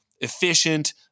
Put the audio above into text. efficient